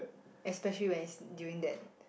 especially when doing that